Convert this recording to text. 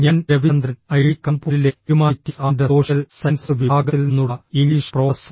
ഞാൻ രവിചന്ദ്രൻ ഐഐടി കാൺപൂരിലെ humanities and social sciences വിഭാഗത്തിൽ നിന്നുള്ള ഇംഗ്ലീഷ് പ്രൊഫസർ